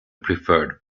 preferred